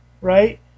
right